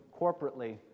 corporately